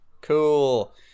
Cool